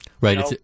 Right